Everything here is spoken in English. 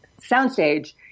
soundstage